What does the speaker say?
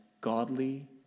godly